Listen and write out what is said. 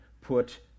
put